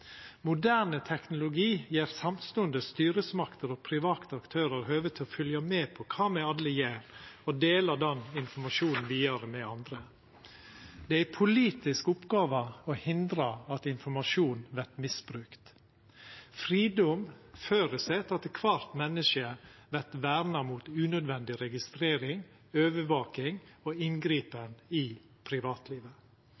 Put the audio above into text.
Moderne teknologi gjev samstundes styresmakter og private aktørar høve til å følgja med på kva me alle gjer, og dela den informasjonen vidare med andre. Det er ei politisk oppgåve å hindra at informasjon vert misbrukt. Fridom føreset at kvart menneske vert verna mot unødvendig registrering, overvaking og